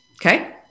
Okay